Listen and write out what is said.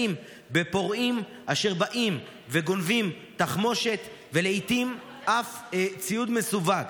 בפורעים אשר באים וגונבים תחמושת ולעיתים אף ציוד מסווג.